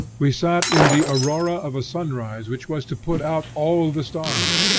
we sat in the aurora of a sunrise which was to put out all the stars.